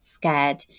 scared